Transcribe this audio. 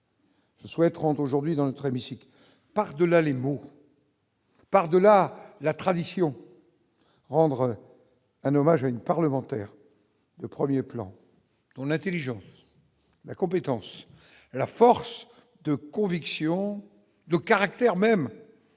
Je souhaite rendre aujourd'hui dans le très mystique, par delà les mots. Par-delà la tradition rendre un hommage à une parlementaire de 1er plan. Pour l'Intelligence, la compétence, la force de conviction de caractère même